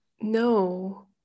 No